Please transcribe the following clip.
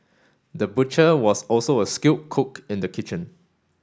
the butcher was also a skilled cook in the kitchen